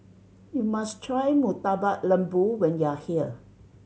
you must try Murtabak Lembu when you are here